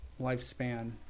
lifespan